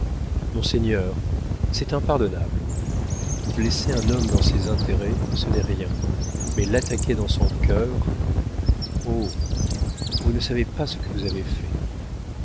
monseigneur c'est impardonnable blesser un homme dans ses intérêts ce n'est rien mais l'attaquer dans son cœur oh vous ne savez pas ce que vous avez fait